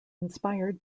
inspired